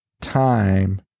time